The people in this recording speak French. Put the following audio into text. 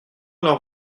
leur